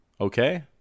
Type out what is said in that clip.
Okay